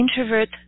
introvert